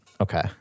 Okay